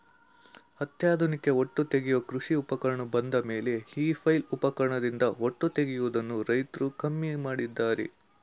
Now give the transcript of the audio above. ಅತ್ಯಾಧುನಿಕ ಹೊಟ್ಟು ತೆಗೆಯುವ ಕೃಷಿ ಉಪಕರಣಗಳು ಬಂದಮೇಲೆ ಈ ಫ್ಲೈಲ್ ಉಪಕರಣದಿಂದ ಹೊಟ್ಟು ತೆಗೆಯದನ್ನು ರೈತ್ರು ಕಡಿಮೆ ಮಾಡಿದ್ದಾರೆ